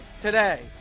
today